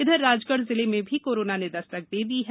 इधर राजगढ़ जिले में भी कोरोना ने दस्तक दे दी है